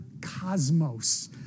cosmos